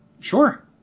Sure